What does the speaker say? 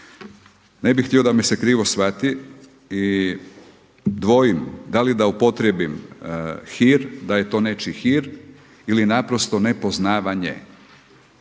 Ne bih htio da me se krivo shvati i dvojim da li da upotrijebim hir da je to nečiji hir ili naprosto ne poznavanje.